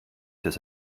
dass